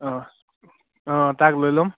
অঁ অঁ তাক লৈ ল'ম